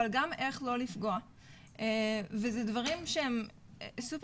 אבל גם איך לא לפגוע וזה דברים שהם סופר